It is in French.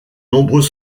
nombreux